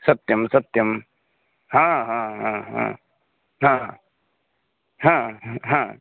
सत्यं सत्यं हा हा हा हा हा हा ह् हा